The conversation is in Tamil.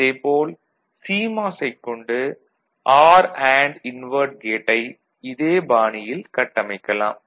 இதைப் போல் சிமாஸைக் கொண்டு ஆர் அண்டு இன்வெர்ட் கேட்டை இதே பாணியில் கட்டமைக்கலாம்